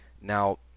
Now